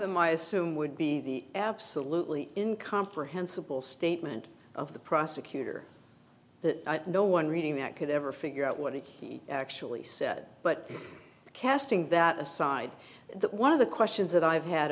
in my assume would be the absolutely in comprehensible statement of the prosecutor that no one reading that could ever figure out what he actually said but casting that aside that one of the questions that i have had